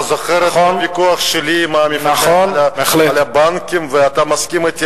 אתה זוכר את הוויכוח שלי עם המפקח על הבנקים ואתה מסכים אתי,